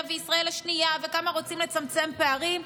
וישראל השנייה וכמה רוצים לצמצם פערים,